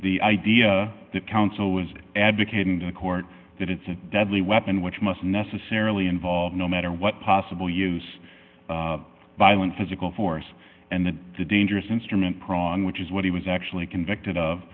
the idea that counsel was advocating the court that it's a deadly weapon which must necessarily involve no matter what possible use violent physical force and that the dangerous instrument prong which is what he was actually convicted of